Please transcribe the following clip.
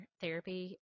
therapy